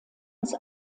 als